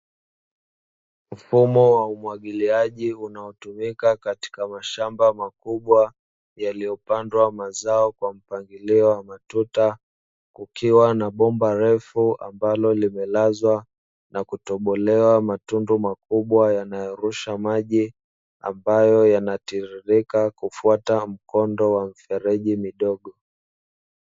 Mfumo wa umwagiliaji unaotumika katika mashamba makubwa yaliyopandwa mazao kwa mpangilio wa matuta, kukiwa na bomba refu ambalo limelazwa na kutobolewa matundu makubwa yanayorusha maji ambayo yanatiririka kufuata mkondo wa mfereji mdogo.